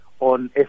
On